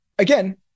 Again